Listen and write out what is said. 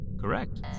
correct